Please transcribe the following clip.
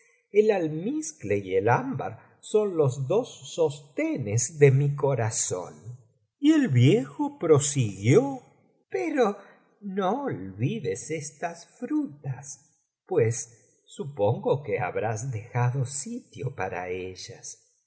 el almizcle y el ámbar son los dos sostenes de mi corazón y el viejo prosiguió pero no olvides estas frutas pues supongo que habrás dejado sitio para ellas